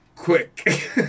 Quick